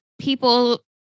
people